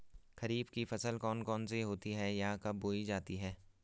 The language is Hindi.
खरीफ की फसल कौन कौन सी होती हैं यह कब बोई जाती हैं?